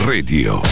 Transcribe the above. Radio